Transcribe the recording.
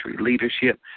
Leadership